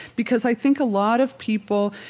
because i think a lot of people,